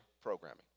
programming